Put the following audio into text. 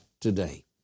today